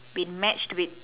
been matched with